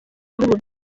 bubiligi